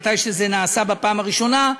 כשזה נעשה בפעם הראשונה,